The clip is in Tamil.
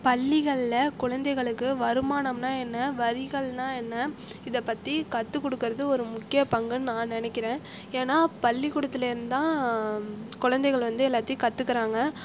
பல்லிகளில் குழந்தைகளுக்கு வருமானம்னால் என்ன வரிகள்னால் என்ன இதப்பற்றி கற்றுக் கொடுக்கறது ஒரு முக்கியப்பங்குன்னு நான் நினைக்கறேன் ஏனால் பள்ளிக்கூடத்தில் இருந்து தான் குழந்தைகள் வந்து எல்லாத்தையும் கத்துக்கிறாங்க